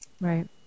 Right